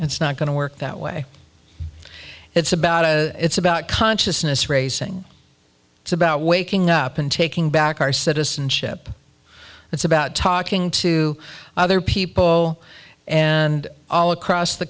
it's not going to work that way it's about a it's about consciousness raising it's about waking up and taking back our citizenship it's about talking to other people and all across the